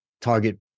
target